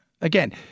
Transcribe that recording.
Again